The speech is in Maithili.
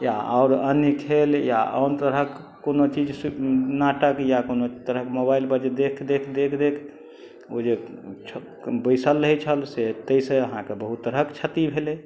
या आओर अन्य खेल या आओर तरहक कोनो चीज नाटक या कोनो तरहक मोबाइल पर जे देख देख ओ जे बैसल रहै छल से तै से अहाँके बहुत तरहक क्षति भेलै